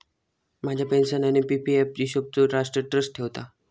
माझ्या पेन्शन आणि P P F हिशोबचो राष्ट्र ट्रस्ट ठेवता